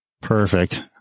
Perfect